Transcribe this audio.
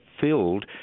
filled